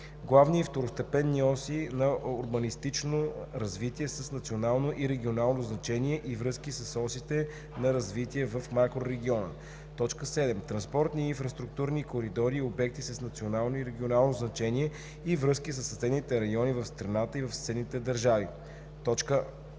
главни и второстепенни оси на урбанистично развитие с национално и регионално значение и връзки с осите на развитие в макрорегиона; 7. транспортни и инфраструктурни коридори и обекти с национално и регионално значение и връзки със съседните райони в страната и в съседните държави; 8.